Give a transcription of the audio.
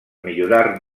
millorar